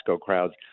crowds